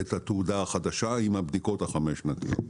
את התעודה החדשה עם הבדיקות החמש-שנתיות.